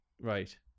Right